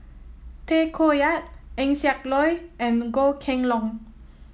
Tay Koh Yat Eng Siak Loy and Goh Kheng Long